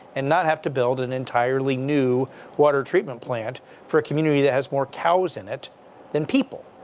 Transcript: and not have to build an entirely new water treatment plant for a community that has more cows in it than people.